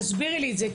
תסבירי לי את זה,